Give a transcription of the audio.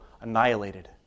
annihilated